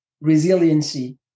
resiliency